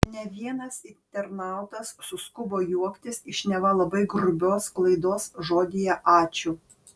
ne vienas internautas suskubo juoktis iš neva labai grubios klaidos žodyje ačiū